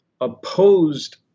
opposed